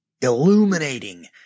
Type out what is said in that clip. illuminating